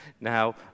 Now